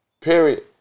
period